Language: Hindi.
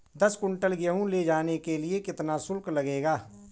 दस कुंटल गेहूँ ले जाने के लिए कितना शुल्क लगेगा?